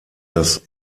das